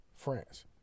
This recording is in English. France